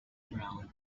brown